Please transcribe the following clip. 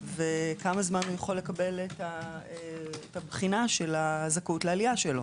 וכמה זמן יכול לקבל את הבחינה של הזכאות לעלייה שלו.